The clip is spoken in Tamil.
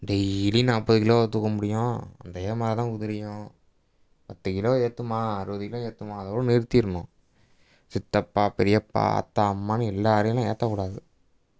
டெய்லி நாற்பது கிலோவா தூக்க முடியும் அதே மாதிரி தான் குதிரையும் பத்து கிலோ ஏற்றுமா அறுபது கிலோ ஏற்றுமா அதோடு நிறுத்திடணும் சித்தப்பா பெரியப்பா ஆத்தா அம்மான்னு எல்லாேருயும்லாம் ஏற்றக்கூடாது